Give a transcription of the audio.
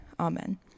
Amen